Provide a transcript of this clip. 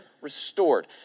restored